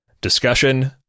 Discussion